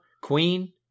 Queen